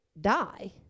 die